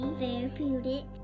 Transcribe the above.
therapeutic